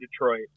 Detroit